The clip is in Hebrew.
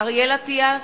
אריאל אטיאס,